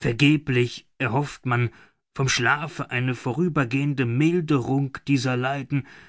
vergeblich erhofft man vom schlafe eine vorübergehende milderung dieser leiden